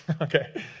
okay